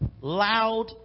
loud